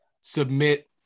submit